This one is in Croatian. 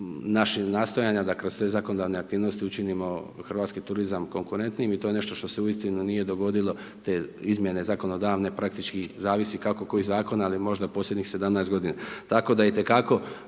naših nastojanja da kroz te zakonodavne aktivnosti učinimo hrvatski turizam konkurentnim i to je što se uistinu nije dogodilo te izmjene zakonodavne, praktički zavisi kako koji zakon, ali možda posljednjih 17.godina.